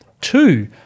two